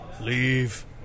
Leave